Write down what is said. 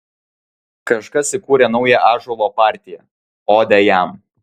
kažkas įkūrė naują ąžuolo partiją odę jam